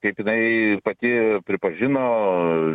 kaip jinai pati pripažino